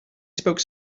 spoke